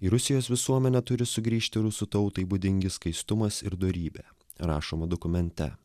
į rusijos visuomenę turi sugrįžti rusų tautai būdingi skaistumas ir dorybė rašoma dokumente